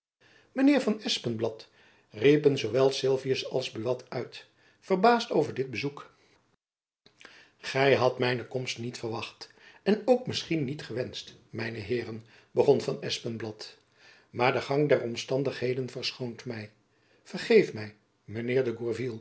van espenblad riepen zoo wel sylvius als buat uit verbaasd over dit bezoek jacob van lennep elizabeth musch gy hadt mijne komst niet verwacht en ook misschien niet gewenscht mijne heeren begon van espenblad maar de drang der omstandigheden verschoont my vergeef my